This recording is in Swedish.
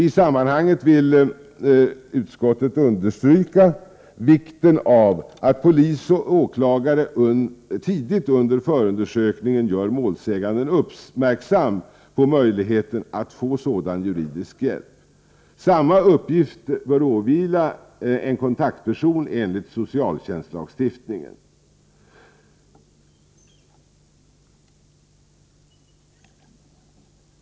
I sammanhanget vill utskottet understryka vikten av att polis och åklagare tidigt under förundersökningen gör målsäganden uppmärksam på möjligheten att få sådan juridisk hjälp. Samma uppgift bör åvila t.ex. en kontaktperson enligt socialtjänstlagstiftningen.